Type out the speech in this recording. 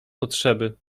potrzeby